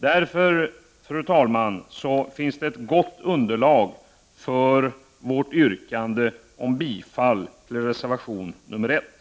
Det finns således, fru talman, ett gott underlag för vårt yrkande om bifall till reservation nr-1.